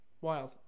Wild